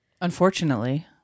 Unfortunately